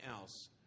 else